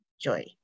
joy